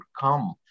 come